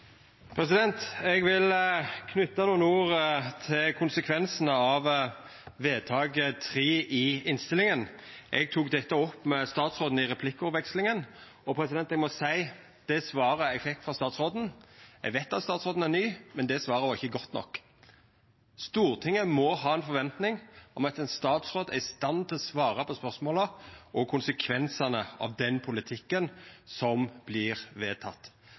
Eg vil knyta nokre ord til konsekvensane av vedtak III i innstillinga. Eg tok dette opp med statsråden i replikkvekslinga. Eg veit at statsråden er ny, men eg må seia at det svaret eg fekk, ikkje var godt nok. Stortinget må ha ei forventning om at ein statsråd er i stand til å svara på spørsmål om konsekvensane av den politikken som